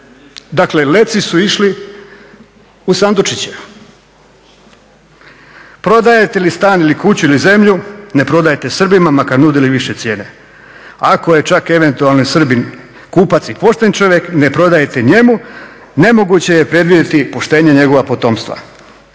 dakle leci su išli u sandučiće. Prodajete li stan, kuću ili zemlju ne prodajte Srbima makar nudili više cijene. Ako je čak eventualni Srbin kupac i pošten čovjek ne prodajte njemu, nemoguće je predvidjeti poštenje njegova potomstva.